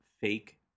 fake